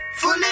fully